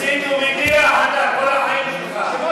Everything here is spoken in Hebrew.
מסית ומדיח אתה כל החיים שלך.